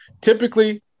typically